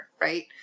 right